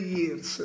years